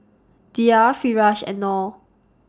Dhia Firash and Noh